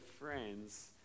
friends